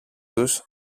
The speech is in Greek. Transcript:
τους